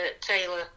Taylor